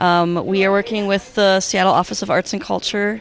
county we're working with the seattle office of arts and culture